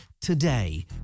today